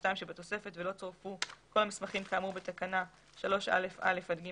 2 שבתוספת ולא צורפו כל המסמכים כאמור בתקנה 3א(א) עד (ג)(2)